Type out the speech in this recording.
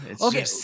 Okay